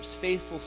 faithful